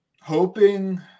Hoping